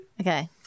Okay